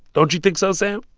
don't you think so, sam?